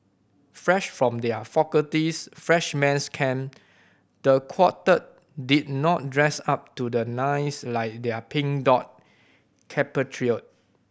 fresh from their faculty's freshman's camp the quartet did not dress up to the nines like their Pink Dot compatriot